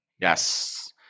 Yes